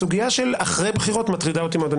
הסוגייה של אחרי בחירות מטרידה אותי מאוד.